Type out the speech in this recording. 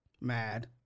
mad